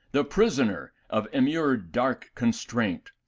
the prisoner of emured dark constraint,